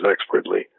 expertly